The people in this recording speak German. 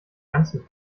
ganzen